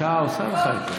השעה עושה לך את זה.